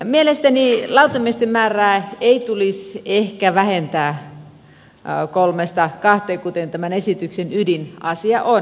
mielestäni lautamiesten määrää ei tulisi ehkä vähentää kolmesta kahteen kuten tämän esityksen ydinasia on